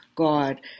God